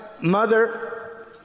mother